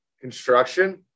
construction